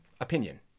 opinion